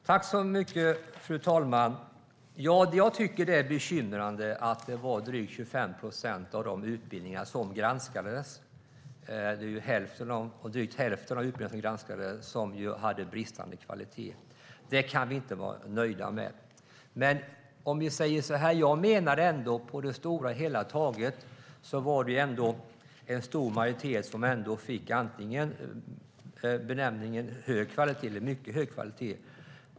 Fru talman! Det är bekymmersamt att drygt 25 procent av de granskade utbildningarna var av bristande kvalitet. Det kan vi inte vara nöjda med. Jag menar ändå att på det stora hela att en stor majoritet av utbildningarna ansågs vara av hög kvalitet eller mycket hög kvalitet.